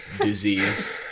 disease